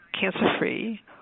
cancer-free